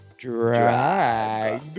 Drag